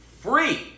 free